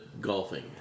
golfing